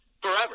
forever